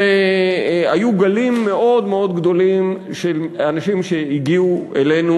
היו גלים מאוד גדולים של אנשים שהגיעו אלינו